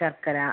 ശർക്കര